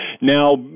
now